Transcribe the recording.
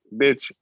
bitch